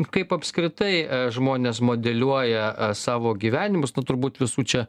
kaip apskritai žmonės modeliuoja savo gyvenimus nu turbūt visų čia